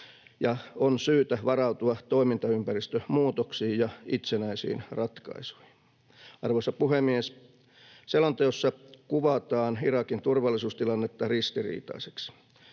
ja on syytä varautua toimintaympäristömuutoksiin ja itsenäisiin ratkaisuihin. Arvoisa puhemies! Selonteossa kuvataan Irakin turvallisuustilannetta ristiriitaiseksi.